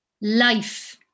life